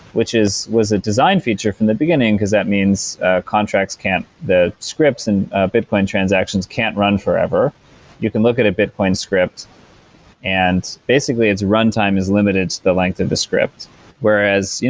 which is was a design feature from the beginning because that means contracts can't the scripts and bitcoin transactions can't run forever you can look at a bitcoin script and basically its runtime is limited to the length of the script whereas,